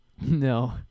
No